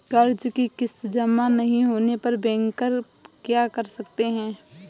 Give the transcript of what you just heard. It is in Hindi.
कर्ज कि किश्त जमा नहीं होने पर बैंकर क्या कर सकते हैं?